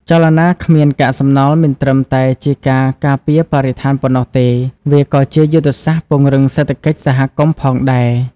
ចលនាគ្មានកាកសំណល់មិនត្រឹមតែជាការការពារបរិស្ថានប៉ុណ្ណោះទេ វាក៏ជាយុទ្ធសាស្ត្រពង្រឹងសេដ្ឋកិច្ចសហគមន៍ផងដែរ។